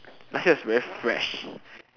last year was very fresh